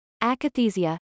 akathisia